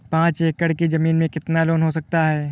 पाँच एकड़ की ज़मीन में कितना लोन हो सकता है?